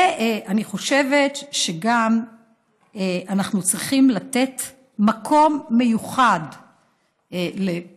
ואני חושבת שאנחנו צריכים לתת מקום מיוחד לפוסט-טראומה,